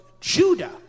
Judah